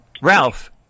Ralph